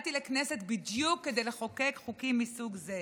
הגעתי לכנסת בדיוק כדי לחוקק חוקים מסוג זה.